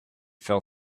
fell